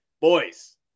Boys